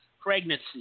pregnancy